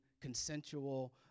consensual